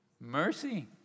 mercy